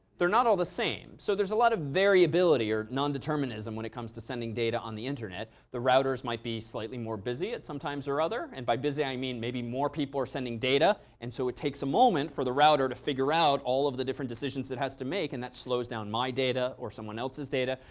they're not all the same. so there's a lot of variability or non-determinism when it comes to sending data on the internet. the routers might be slightly more busy at some times or other. and by busy i mean maybe more people are sending data. and so it takes a moment for the router to figure out all of the different decisions it has to make. and that slows down my data or someone else's data.